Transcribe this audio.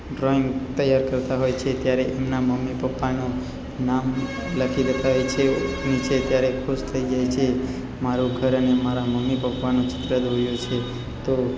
drawing તૈયાર કરતા હોય છે ત્યારે એમના મમ્મી પપ્પાનો નામ લખી દેતા હોય છે નીચે ત્યારે ખુશ થઈ જાય છે મારું ઘર અને મારા મમ્મી પપ્પાનું ચિત્ર દોર્યું છે તો